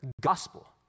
gospel